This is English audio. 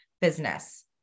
business